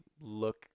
look